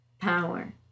power